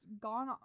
gone